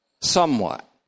somewhat